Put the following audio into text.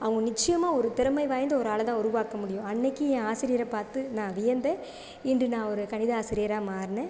அவங்க நிச்சயமாக ஒரு திறமை வாய்ந்த ஒரு ஆளைதான் உருவாக்க முடியும் அன்றைக்கி என் ஆசிரியரை பார்த்து நான் வியந்தேன் இன்று நான் ஒரு கணித ஆசிரியராக மாறினேன்